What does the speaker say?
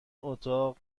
اتاق